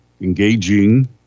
engaging